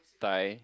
Thai